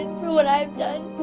for what i have done.